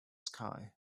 sky